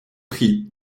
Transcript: prix